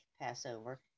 Passover